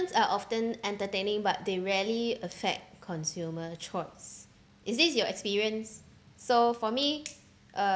advertisements are often entertaining but they rarely affect consumer choice is this your experience so for me uh